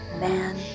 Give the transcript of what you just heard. Man